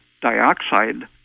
dioxide